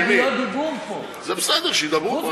אבל יש הסתייגויות דיבור פה, זה בסדר, שידברו.